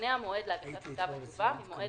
יימנה המועד להגשת כתב התשובה ממועד